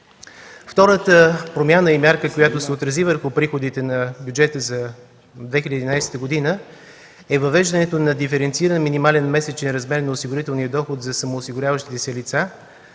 Втората промяна и мярка, която се отрази върху приходите на бюджета за 2011 г., е въвеждането на диференциран минимален месечен размер на осигурителния доход за самоосигуряващите се лица